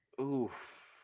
Oof